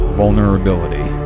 vulnerability